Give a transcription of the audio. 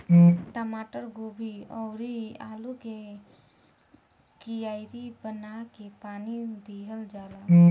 टमाटर, गोभी अउरी आलू के कियारी बना के पानी दिहल जाला